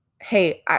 hey